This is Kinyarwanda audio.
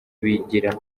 bigira